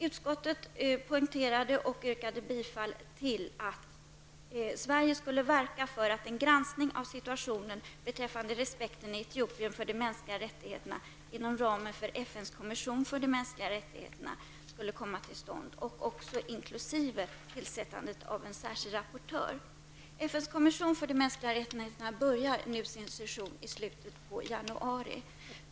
Utskottet poängterade och yrkade bifall till att Sverige skulle verka för att en granskning av situationen beträffande respekten i Etiopien för de mänskliga rättigheterna inom ramen för FNs kommission för de mänskliga rättigheterna skulle komma till stånd inkl. tillsättandet av en särskild rapportör. FNs kommission för de mänskliga rättigheterna börjar sin session i slutet av januari.